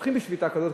ופותחים בשביתה כזאת,